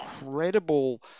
incredible